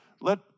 Let